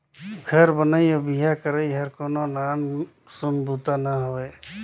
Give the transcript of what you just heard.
घर बनई अउ बिहा करई हर कोनो नान सून बात ना हवे